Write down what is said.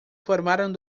formaron